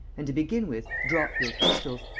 and, to begin with, drop your pistols.